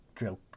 joke